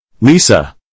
Lisa